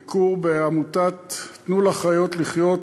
ביקור בעמותת "תנו לחיות לחיות",